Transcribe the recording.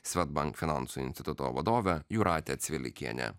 swedbank finansų instituto vadovė jūratė cvilikienė